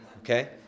Okay